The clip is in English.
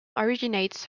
originates